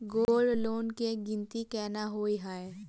Gold loan केँ गिनती केना होइ हय?